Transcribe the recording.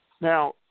Now